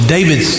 David